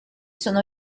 sono